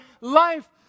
life